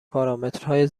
پارامترهای